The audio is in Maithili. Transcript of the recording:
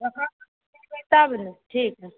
दोकान पर अइबै तब ने ठीक हए